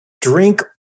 drink